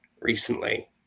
recently